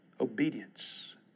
obedience